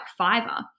Fiverr